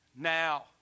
now